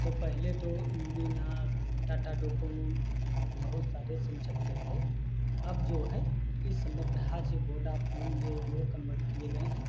तो पहले तो यूनीनार टाटा डोकोमो बहुत सारे सिम चलते थे अब जो है इस समय पर हच वोडाफ़ोन यह जो कन्वर्ट किए गए हैं